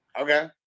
Okay